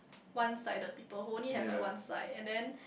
one sided people who only have like one side and then